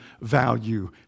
value